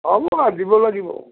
অঁ মই ভাবিব লাগিব